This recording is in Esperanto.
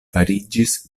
fariĝis